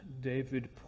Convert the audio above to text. David